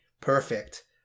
perfect